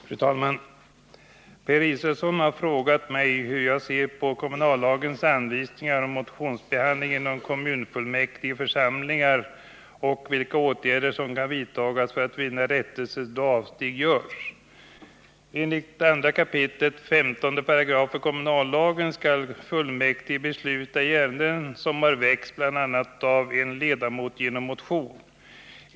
Fru talman! Per Israelsson har frågat mig hur jag ser på kommunallagens anvisningar om motionsbehandling inom kommunfullmäktigeförsamlingar och vilka åtgärder som kan vidtas för att vinna rättelse då avsteg görs. Enligt 2 kap. 15 § kommunallagen skall fullmäktige besluta har väckts bl.a. av en ledamot genom motion.